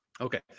Okay